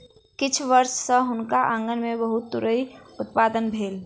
किछ वर्ष सॅ हुनकर आँगन में बहुत तूईत उत्पादन भेल